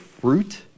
fruit